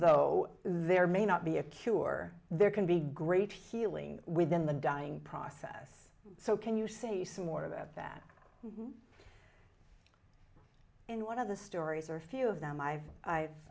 though there may not be a cure there can be great healing within the dying process so can you say some more about that in one of the stories or a few of them i've i've